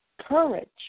courage